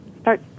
start